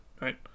right